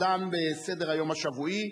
הדן בסדר-היום השבועי,